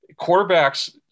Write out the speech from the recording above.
quarterbacks